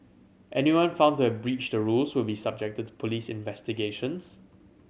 anyone found to have breached the rules will be subjected to police investigations